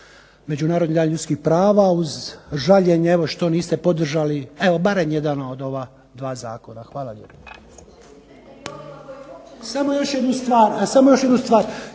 Međunarodni dan ljudskih prava uz žaljenje evo što niste podržali evo barem jedan od ova dva zakona. Hvala lijepo.